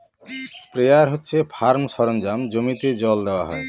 sprayer হচ্ছে farm সরঞ্জাম জমিতে জল দেওয়া হয়